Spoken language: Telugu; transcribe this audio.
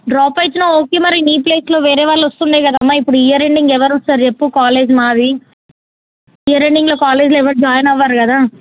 డ్రాప్ అవుతున్నావు ఓకే మరి నీ ప్లేస్లో వేరే వాళ్ళు వస్తుండే కదమ్మా ఇప్పుడు ఇయర్ ఎండింగ్ ఎవరు వస్తారు చెప్పు కాలేజ్ మారి ఇయర్ ఎండింగ్లో కాలేజ్లో ఎవరు జాయిన్ అవ్వరు కదా